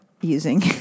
using